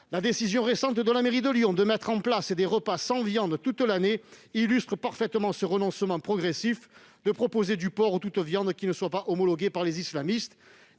La décision récente de la mairie de Lyon de mettre en place des repas sans viande toute l'année illustre parfaitement ce renoncement progressif à proposer du porc ou toute viande qui ne soit pas homologuée par les islamistes.